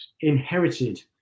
inherited